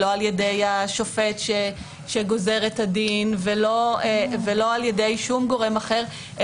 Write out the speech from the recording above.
לא על ידי השופט שגוזר את הדין ולא על ידי שום גורם אחר,